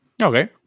Okay